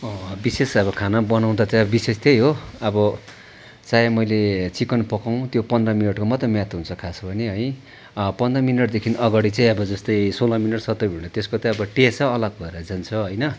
विशेष अब खाना बनाउँदा चाहिँ विशेष चाहिँ अब त्यही हो अब चाहे मैले चिकन पकाउँ त्यो पन्ध्र मिनटको मात्रै मिहिनेत हुन्छ खास हो भने है पन्ध्र मिनटदेखि अगाडि चाहिँ अब जस्तै सोह्र मिनट सत्र मिनटमा त्यस्तोको तै अब टेस्टै अलग भएर जान्छ होइन